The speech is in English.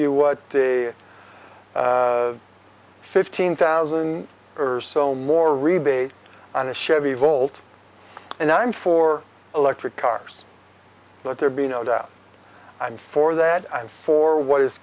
you what the fifteen thousand or so more rebate on the chevy volt and i'm for electric cars let there be no doubt and for that for what is